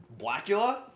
Blackula